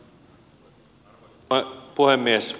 arvoisa puhemies